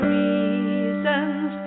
reasons